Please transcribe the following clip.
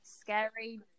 scary